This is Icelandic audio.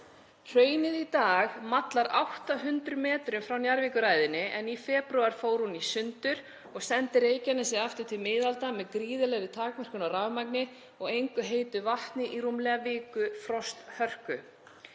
Hraunið í dag mallar 800 metra frá Njarðvíkuræðinni, en í febrúar fór hún í sundur og sendi Reykjanes aftur til miðalda með gríðarlegri takmörkun á rafmagni og engu heitu vatni í rúmlega vikufrosthörku.